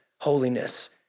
holiness